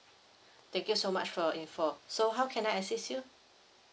thank you so much for your info so how can I assist you